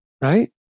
right